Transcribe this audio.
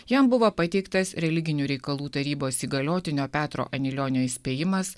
jam buvo pateiktas religinių reikalų tarybos įgaliotinio petro anilionio įspėjimas